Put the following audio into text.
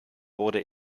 wurde